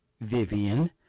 Vivian